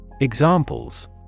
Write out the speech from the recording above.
Examples